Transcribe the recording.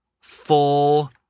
full